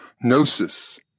Gnosis